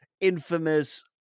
infamous